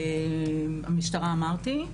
משטרה אמרתי,